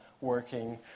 working